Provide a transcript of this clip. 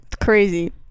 crazy